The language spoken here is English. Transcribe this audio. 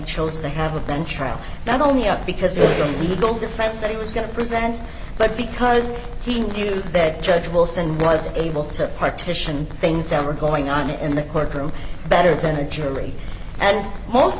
chose to have a bench trial not only up because there is a legal defense that he was going to present but because he knew that judge wilson was able to partition things that were going on in the courtroom better than the jury and most